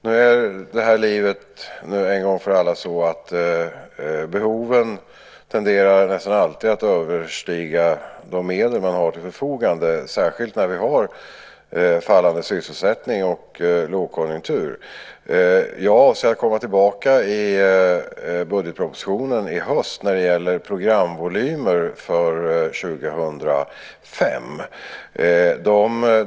Nu är det i det här livet en gång för alla så att behoven nästan alltid tenderar att överstiga de medel som vi har till förfogande, särskilt när vi har fallande sysselsättning och lågkonjunktur. Jag avser att komma tillbaka i budgetpropositionen i höst när det gäller programvolymer för 2005.